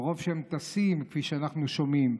מרוב שהם טסים, כפי שאנחנו שומעים.